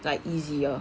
like easier